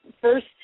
first